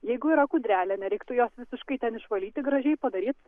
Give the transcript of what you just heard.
jeigu yra kūdrelė nereiktų jos visiškai ten išvalyti gražiai padaryt